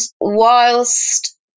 whilst